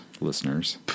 listeners